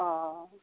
অ অ